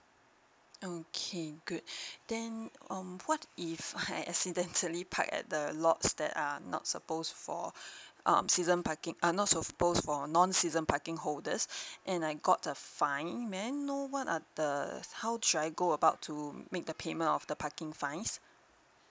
okay good then um what if I accidentally park at the lots that are not suppose for um season parking err not suppose for non season parking holders and I got the fine may I know what are the how should I go about to make the payment of the parking fines